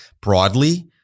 Broadly